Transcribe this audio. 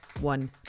one